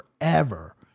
forever